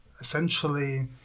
essentially